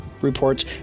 reports